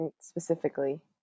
Specifically